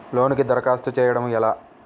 లోనుకి దరఖాస్తు చేయడము ఎలా?